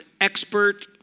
expert